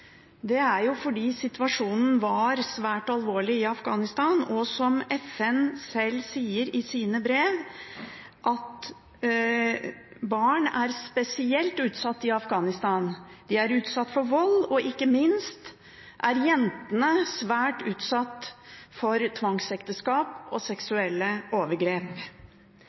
det mulig, var på plass. Det er fordi situasjonen var svært alvorlig i Afghanistan og, som FN skriver i sine brev, barn er spesielt utsatt i Afghanistan. De er utsatt for vold, og ikke minst er jentene svært utsatt for tvangsekteskap og seksuelle overgrep.